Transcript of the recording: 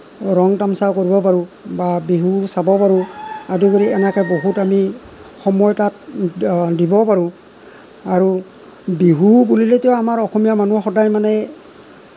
ৰং তামাছা কৰিব পাৰোঁ বা বিহু চাব পাৰোঁ তাৰোপৰি এনেকৈ বহুত আমি সময় তাত দিবও পাৰোঁ আৰু বিহু বুলিলেতো আমাৰ অসমীয়া মানুহৰ সদায় মানে